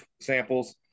samples